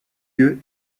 lieu